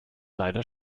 leider